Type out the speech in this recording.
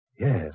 Yes